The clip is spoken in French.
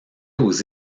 aux